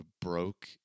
broke